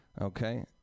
Okay